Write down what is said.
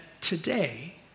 today